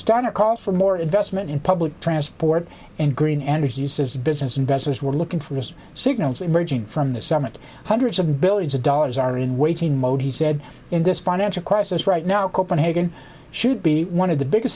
for more investment in public transport and green energy business investors were looking for signals emerging from the summit hundreds of billions of dollars are in waiting mode he said in this financial crisis right now copenhagen should be one of the biggest